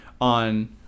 on